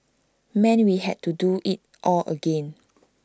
meant we had to do IT all again